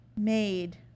made